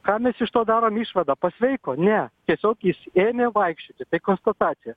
ką mes iš to darom išvadą pasveiko ne tiesiog jis ėmė vaikščioti tai konstatacija